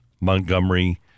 Montgomery